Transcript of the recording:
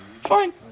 Fine